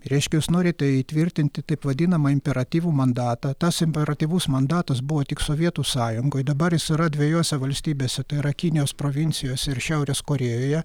reiškias norite įtvirtinti taip vadinamą imperatyvų mandatą tas imperatyvus mandatas buvo tik sovietų sąjungoj dabar jis yra dvejose valstybėse tai yra kinijos provincijose ir šiaurės korėjoje